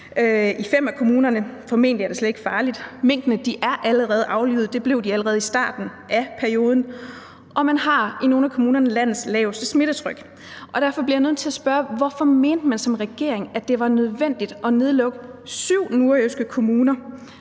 i 5 af kommunerne. Formentlig er det slet ikke farligt. Minkene er allerede aflivet, og det blev de allerede i starten af perioden, og man har i nogle af kommunerne landets laveste smittetryk. Derfor bliver jeg nødt til at spørge om, hvorfor man som regering mente, at det var nødvendigt at nedlukke 7 nordjyske kommuner